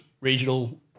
regional